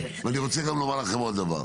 ואני רוצה גם לומר לכם עוד דבר.